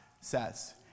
says